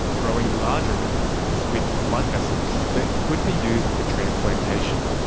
growing larger organoids with blood vessels that could be used for transplantation.